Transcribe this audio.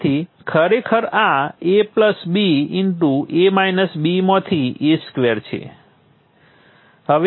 તેથી ખરેખર આ ab માંથી a2 છે